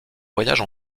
voyage